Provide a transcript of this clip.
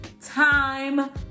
time